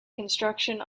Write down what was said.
construction